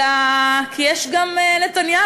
אלא כי יש גם נתניהו,